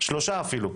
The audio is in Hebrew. שלושה אפילו.